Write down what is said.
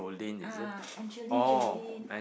ah Angelie-Jolin